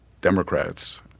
Democrats